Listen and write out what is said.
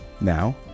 Now